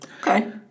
Okay